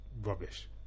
rubbish